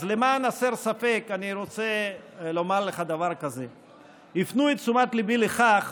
אז למען הסר ספק אני רוצה לומר לך דבר כזה: הפנו את תשומת ליבי לכך